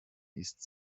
ist